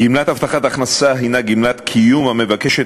גמלת הבטחת הכנסה היא גמלת קיום המבקשת